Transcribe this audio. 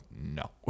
No